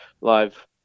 live